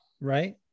right